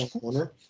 corner